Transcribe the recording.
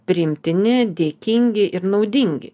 priimtini dėkingi ir naudingi